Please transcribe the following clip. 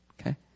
Okay